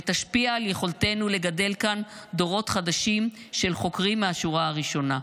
ותשפיע על יכולתנו לגדל כאן דורות חדשים של חוקרים מהשורה הראשונה.